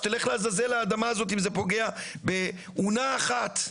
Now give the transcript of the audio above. שתלך לעזאזל האדמה הזאת אם זה פוגע באונה אחת.